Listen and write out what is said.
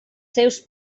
seus